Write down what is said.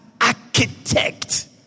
architect